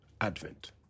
Advent